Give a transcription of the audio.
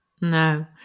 No